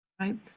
Right